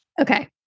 Okay